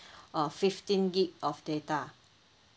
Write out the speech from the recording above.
uh fifteen gig of data